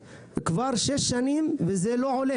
נשמע עוד שני דוברים ואז את המנכ"לית ונסכם.